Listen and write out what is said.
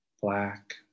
black